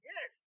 Yes